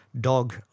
dog